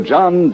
John